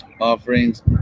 offerings